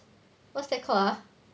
what's that called ah